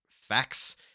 facts